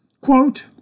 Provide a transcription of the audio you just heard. Quote